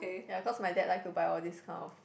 ya cause my dad like to buy all these kind of